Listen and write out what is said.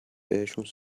بهشون